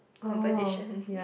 competition